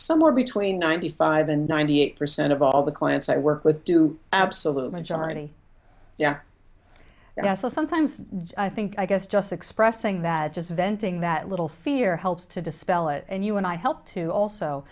between ninety five and ninety eight percent of all the clients i work with do absolutely johnny yeah yeah sometimes i think i guess just expressing that just venting that little fear helps to dispel it and you and i help to also